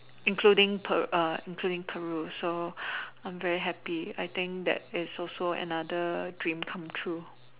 including including Peru so I am very happy I think it's also another dream come true